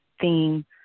theme